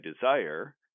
desire